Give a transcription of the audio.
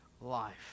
life